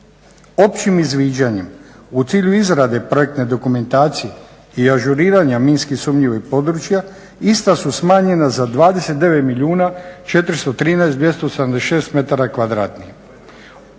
Općim izviđanjem u cilju izrade projekte dokumentacije i ažuriranja minski sumnjivih područja ista su smanjena za 29